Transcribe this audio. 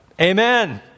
amen